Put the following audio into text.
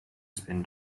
spin